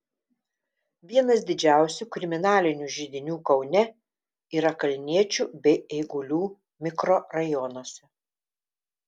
vienas didžiausių kriminalinių židinių kaune yra kalniečių bei eigulių mikrorajonuose